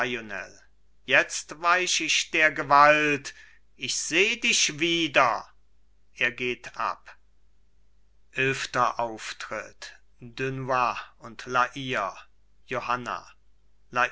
jetzt weich ich der gewalt ich seh dich wieder er geht ab eilfter auftritt dunois und la hire johanna